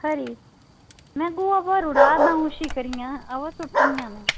खरी में गोहा भरी ओड़दा दंऊ भरी ओड़दियां बाऽ सुट्टनियां न